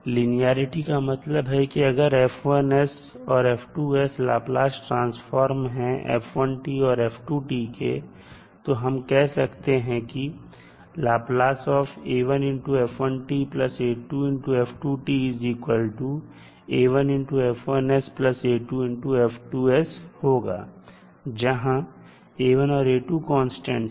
linearity का मतलब यह है कि अगर F1 और F2 लाप्लास ट्रांसफॉर्म हैं f1 और f2 के तो हम कह सकते हैं कि होगा जहां a1 और a2 कांस्टेंट्स हैं